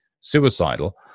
suicidal